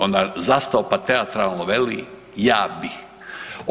Onda zastao pa teatralno veli, ja bih.